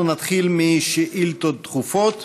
אנחנו נתחיל בשאילתות דחופות.